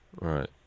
right